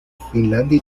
finlandia